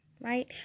Right